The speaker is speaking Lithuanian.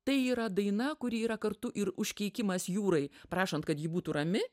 tai yra daina kuri yra kartu ir užkeikimas jūrai prašant kad ji būtų rami